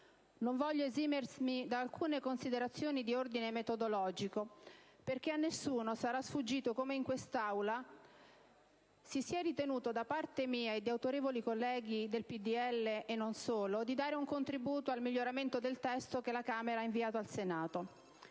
non voglio esimermi da alcune considerazioni di ordine metodologico. A nessuno sarà sfuggito come, in questa Aula, si sia ritenuto, da parte mia e di autorevoli colleghi del PDL e non solo, di dare un contributo al miglioramento del testo che la Camera ha inviato al Senato,